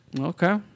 Okay